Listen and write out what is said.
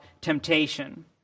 temptation